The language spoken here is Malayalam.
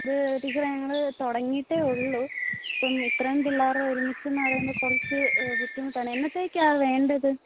അത് ടീച്ചറെ ഞങ്ങൾ തുടങ്ങിയിട്ടേ ഉള്ളൂ അപ്പം ഇത്രയും പിള്ളേർ ഒരുമിച്ചെന്ന് പറയുമ്പോൾ കുറച്ച് ബുദ്ധിമുട്ടാണ് എന്നത്തേക്കാ വേണ്ടത്